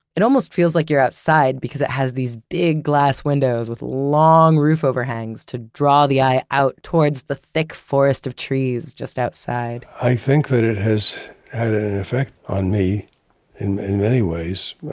it almost feels like you're outside because it has these big glass windows with long roof overhangs to draw the eye out towards the thick forest of trees just outside i think that it has had an effect on me in many ways.